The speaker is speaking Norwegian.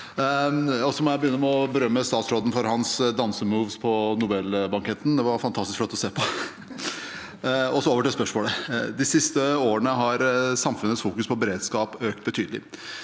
Jeg må be- gynne med å berømme statsråden for hans dansemoves på Nobelbanketten. Det var fantastisk flott å se på. Så over til spørsmålet: «I de siste årene har samfunnets fokus på beredskap økt betydelig.